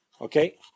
okay